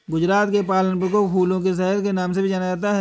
गुजरात के पालनपुर को फूलों के शहर के नाम से भी जाना जाता है